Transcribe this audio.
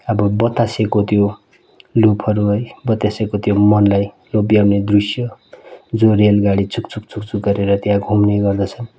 अब बतासेको त्यो लुपहरू है बतासेको त्यो मनलाई लोभ्याउने दृश्य जो रेलगाडी छुक छुक छुक छुक गरेर त्या घुम्ने गर्दछन्